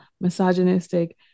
misogynistic